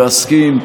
ואסכים,